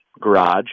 garage